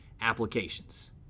applications